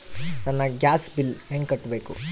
ನನ್ನ gas bill ಹೆಂಗ ಕಟ್ಟಬೇಕು?